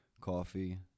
coffee